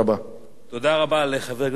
תודה רבה לחבר הכנסת רוברט טיבייב.